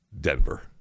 Denver